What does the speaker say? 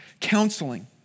counseling